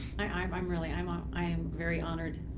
i'm i'm really i'm um i'm very honored